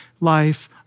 life